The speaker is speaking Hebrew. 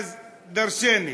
אז דרשני.